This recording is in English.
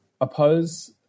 oppose